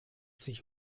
sich